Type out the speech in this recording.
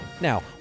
Now